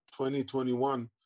2021